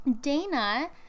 Dana